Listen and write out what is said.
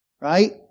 Right